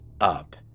up